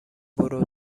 برو